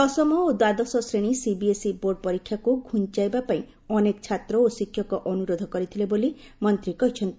ଦଶମ ଓ ଦ୍ୱାଦଶ ଶ୍ରେଣୀ ସିବିଏସ୍ଇ ବୋର୍ଡ ପରୀକ୍ଷାକୁ ଘୁଞ୍ଚାଇବା ପାଇଁ ଅନେକ ଛାତ୍ର ଓ ଶିକ୍ଷକ ଅନୁରୋଧ କରିଥିଲେ ବୋଲି ମନ୍ତ୍ରୀ କହିଛନ୍ତି